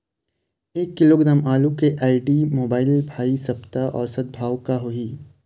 एक किलोग्राम आलू के आईडी, मोबाइल, भाई सप्ता औसत भाव का होही?